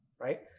right